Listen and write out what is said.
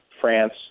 France